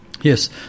Yes